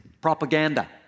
propaganda